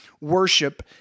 worship